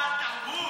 לא מאמינה.